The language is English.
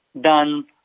done